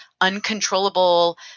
uncontrollable